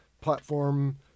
platform